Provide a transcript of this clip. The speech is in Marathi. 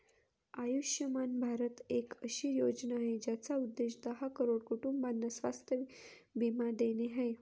आयुष्यमान भारत एक अशी योजना आहे, ज्याचा उद्देश दहा करोड कुटुंबांना स्वास्थ्य बीमा देणे आहे